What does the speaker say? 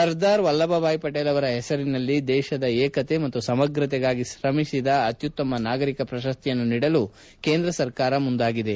ಸರ್ದಾರ್ ವಲ್ಲಭ ಭಾಯ್ ಪಟೇಲ್ ಅವರ ಹೆಸರಿನಲ್ಲಿ ದೇಶದ ಏಕತೆ ಮತ್ತು ಸಮಗ್ರತೆಗಾಗಿ ಶ್ರಮಿಸಿದ ಅತ್ಯುತ್ತಮ ನಾಗರಿಕ ಪ್ರಶಸ್ತಿಯನ್ನು ನೀಡಲು ಕೇಂದ್ರ ಸರ್ಕಾರ ಮುಂದಾಗಿದೆ